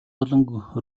буланг